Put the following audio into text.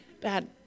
Bad